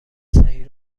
صحیح